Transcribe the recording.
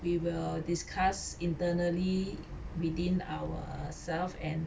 we will discuss internally within ourself and